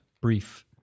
brief